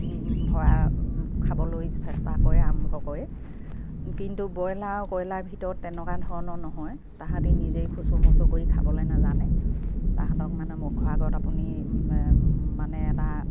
ভৰা খাবলৈ চেষ্টা কৰে আৰম্ভ কৰে কিন্তু ব্ৰইলাৰ কয়লাৰ ভিতৰত তেনেকুৱা ধৰণৰ নহয় তাহাঁতি নিজেই খুচু মুচু কৰি খাবলে নাজানে তাহাঁতক মানে মুখৰ আগত আপুনি মানে এটা